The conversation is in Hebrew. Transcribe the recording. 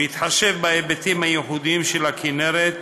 בהתחשב בהיבטים הייחודיים של הכינרת,